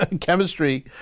Chemistry